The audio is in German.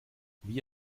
wie